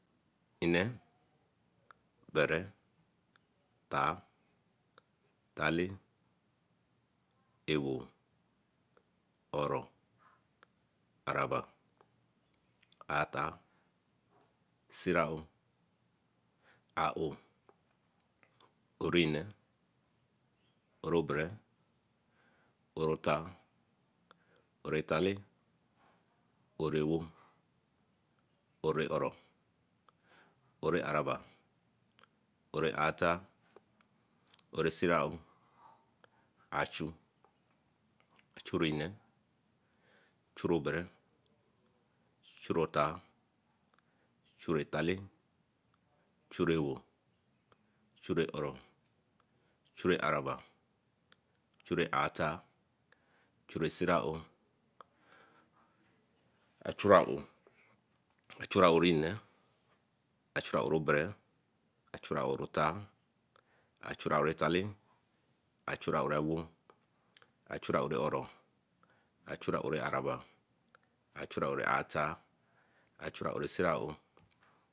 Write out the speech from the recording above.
Ne, bere, tea, talle, ewo, oro, araba. aetar, siraou, aowe, orene, orebere. orotar. orotale. orewo oreoro, orearaba oreartar. oresiraou, achu. chureene, chureeobere. chureeotor. chureetale, churee ewo, churee oro, churee araba, churee artor, churee siraou, achura aowe, achura orinee, achura orotale, achura ewo, achura ore oro, achura ore araba, achura ore artar, achura ore siraou.